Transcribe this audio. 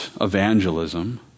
evangelism